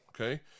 okay